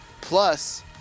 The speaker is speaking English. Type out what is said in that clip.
Plus